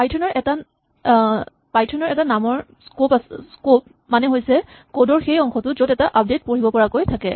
Python ৰ এটা নামৰ স্কপ মানে হৈছে কড ৰ সেই অংশটো য'ত এটা আপডেট পঢ়িব পৰাকৈ থাকে